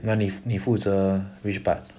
那你负你负责 which part